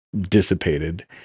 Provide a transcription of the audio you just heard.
dissipated